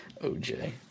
OJ